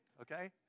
okay